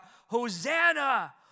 Hosanna